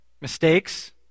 Mistakes